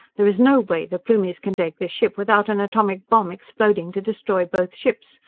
there is no way the plumies can take this ship without an atomic bomb exploding to destroy both ships.